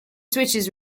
switches